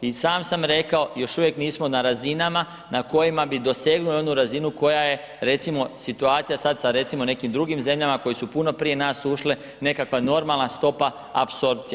I sam sam rekao, još uvijek nismo na razinama na kojima bi dosegnuli onu razinu koja je recimo situacija sad sa recimo nekim drugim zemljama koje su puno prije naš ušle, nekakva normalna stopa apsorpcije.